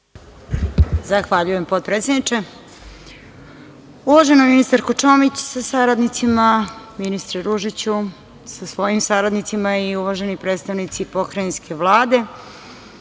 Zahvaljujem, potpredsedniče. Uvažena ministarko Čomić sa saradnicima, ministre Ružiću sa svojim saradnicima i uvaženi predstavnici pokrajinske Vlade,